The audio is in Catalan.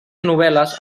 novel·les